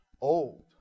old